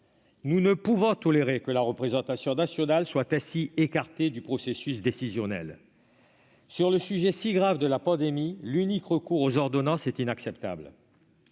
Nous ne pouvons tolérer que la représentation nationale soit ainsi écartée du processus décisionnel ! Sur le sujet si grave de la pandémie, l'unique recours aux ordonnances est inacceptable.